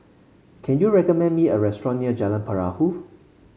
can you recommend me a restaurant near Jalan Perahu